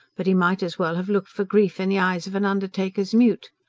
but he might as well have looked for grief in the eyes of an undertaker's mute.